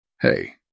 Hey